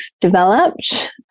developed